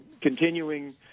continuing